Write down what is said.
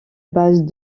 base